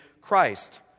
Christ